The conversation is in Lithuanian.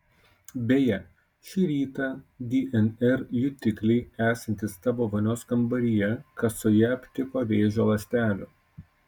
beje šį rytą dnr jutikliai esantys tavo vonios kambaryje kasoje aptiko vėžio ląstelių